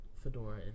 fedora